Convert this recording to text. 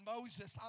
Moses